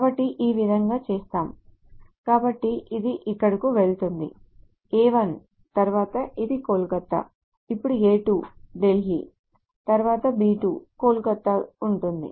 కాబట్టి ఈ విధంగా చేస్తాము కాబట్టి ఇది ఇక్కడకు వెళ్తుంది A 1 తరువాత ఇది కోల్కతా అప్పుడు A 2 ఢిల్లీ తరువాత B 2 కోల్కతా ఉంటుంది